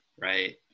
right